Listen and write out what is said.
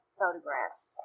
photographs